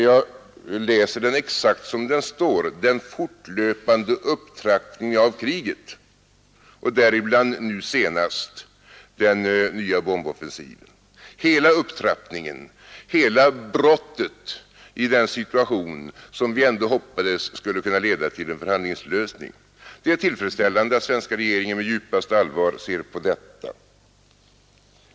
Jag läser meningen exakt som den står i svaret, alltså att svenska regeringen ser med djupaste allvar på den fortlöpande upptrappningen av kriget — således hela upptrappningen, hela brottet i den situation som vi ändå hoppades skulle kunna leda till en lösning förhandlingsvägen. Det är tillfredsställande att den svenska regeringen med djupaste allvar ser på detta.